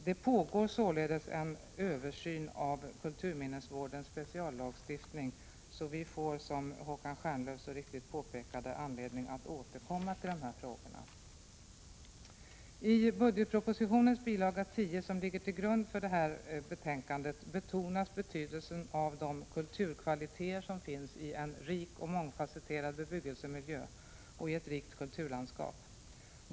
Det pågår således en översyn av kulturminnesvårdens speciallagstiftning så vi får, som Håkan Stjernlöf mycket riktigt sade, anledning att återkomma till denna fråga. I budgetpropositionens bilaga 10, som ligger till grund för detta betänkande, betonas betydelsen av de kulturkvaliteter som finns i en rik mångfasetterad bebyggelsemiljö och i ett rikt kulturlandskap.